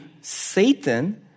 Satan